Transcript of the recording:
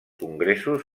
congressos